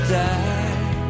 die